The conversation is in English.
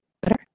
Better